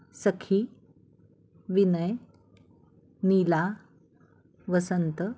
Sakhi Vinay Neela Vasant